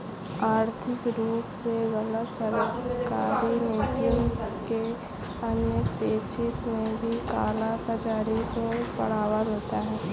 आर्थिक रूप से गलत सरकारी नीतियों के अनपेक्षित में भी काला बाजारी को बढ़ावा मिलता है